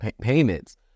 payments